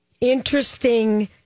interesting